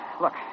Look